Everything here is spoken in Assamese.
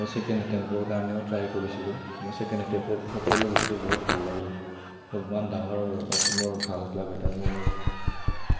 মই চেকেণ্ড এটেম্পটৰ কাৰণেও ট্ৰাই কৰিছিলোঁ মই চেকেণ্ড এটেম্পটত সফল হৈছোঁ বহুত ভাল লাগিল ইমান ডাঙৰ অসমৰ ভাল ক্লাব এটাত মই